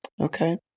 Okay